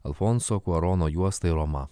alfonso kuarono juostai roma